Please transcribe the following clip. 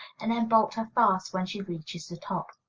and then bolt her fast when she reaches the top.